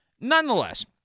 nonetheless